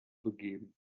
begeben